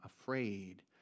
afraid